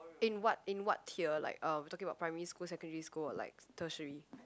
in what in what tier like um talking about primary school secondary school or like tertiary